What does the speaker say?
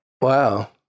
wow